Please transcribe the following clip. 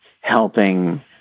helping